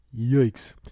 Yikes